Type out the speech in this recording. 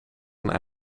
een